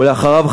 ואחריו,